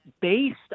based